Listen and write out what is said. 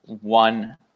one